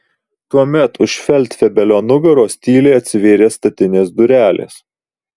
tuomet už feldfebelio nugaros tyliai atsivėrė statinės durelės